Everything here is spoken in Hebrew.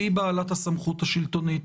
שהיא בעלת הסמכות השלטונית